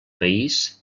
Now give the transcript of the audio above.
país